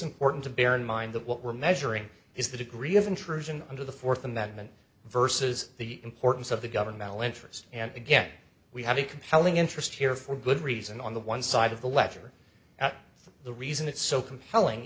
important to bear in mind that what we're measuring is the degree of intrusion under the fourth amendment versus the importance of the governmental interest and again we have a compelling interest here for good reason on the one side of the letter the reason it's so compelling